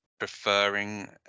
Preferring